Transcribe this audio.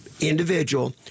individual